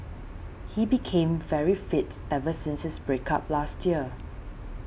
he became very fit ever since his break up last year